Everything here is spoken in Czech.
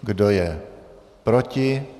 Kdo je proti?